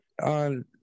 on